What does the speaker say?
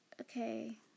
okay